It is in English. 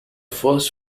first